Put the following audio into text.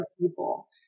people